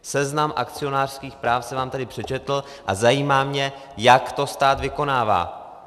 Seznam akcionářských práv jsem vám tady přečetl a zajímá mě, jak to stát vykonává.